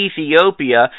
Ethiopia